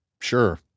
sure